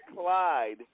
Clyde